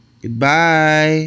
Goodbye